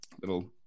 little